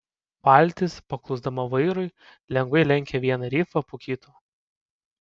valtis paklusdama vairui lengvai lenkė vieną rifą po kito